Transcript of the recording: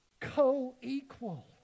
Co-equal